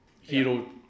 Hero